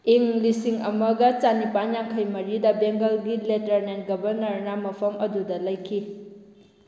ꯏꯪ ꯂꯤꯁꯤꯡ ꯑꯃꯒ ꯆꯅꯤꯄꯥꯜ ꯌꯥꯡꯈꯩ ꯃꯔꯤꯗ ꯕꯦꯡꯒꯜꯒꯤ ꯂꯦꯗꯔꯅꯦꯟ ꯒꯕꯔꯅꯔꯅ ꯃꯐꯝ ꯑꯗꯨꯗ ꯂꯩꯈꯤ